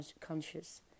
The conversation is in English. conscious